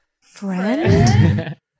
friend